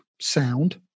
sound